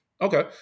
okay